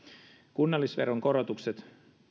kunnallisveron korotukset